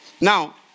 now